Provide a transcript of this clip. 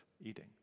eating